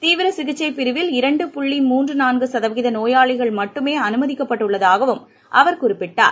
தீவிர சிகிச்சைப்பிரிவில் இரண்டு புள்ளி மூன்று நான்கு சதவீத நோயாளிகள் மட்டுமே அனுமதிக்கப்பட்டுள்ளதாகவும் அவர் குறிப்பிட்டார்